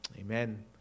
Amen